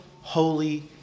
holy